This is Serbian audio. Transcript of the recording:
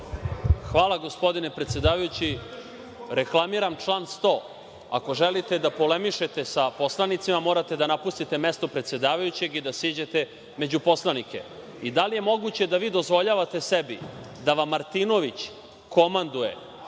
Hvala, gospodine predsedavajući. Reklamiram član 100. Ako želite da polemišete sa poslanicima, morate da napustite mesto predsedavajućeg i da siđete među poslanike. Da li je moguće da vi dozvoljavate sebi da vam Martinović komanduje